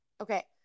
okay